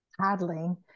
paddling